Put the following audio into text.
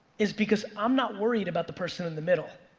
is because i'm not worried about the person in the middle.